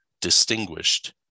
distinguished